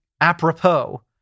apropos